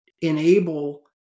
enable